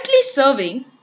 serving